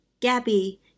Gabby